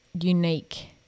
unique